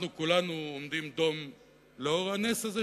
אנחנו כולנו עומדים דום לאור הנס הזה,